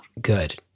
Good